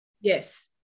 Yes